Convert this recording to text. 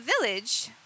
village